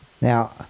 Now